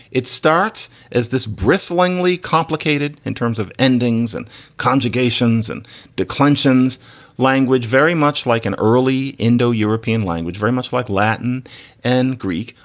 it starts as this brisling complicated in terms of endings and conjugations and declensions language, very much like an early indo-european language, very much like latin and greek,